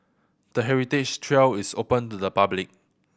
the heritage trail is open to the public